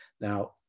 Now